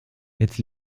jetzt